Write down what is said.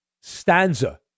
stanza